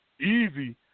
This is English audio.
easy